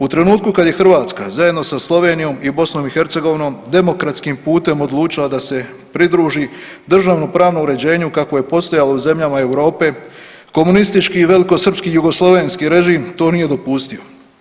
U trenutku kada je Hrvatska zajedno sa Slovenijom i Bosnom i Hercegovinom demokratskim putem odlučila da se pridruži državnopravnom uređenju kako je postojalo u zemljama Europe komunistički, i velikosrpski i jugoslavenski režim to nije dopustio.